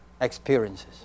experiences